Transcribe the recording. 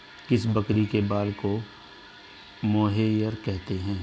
किस बकरी के बाल को मोहेयर कहते हैं?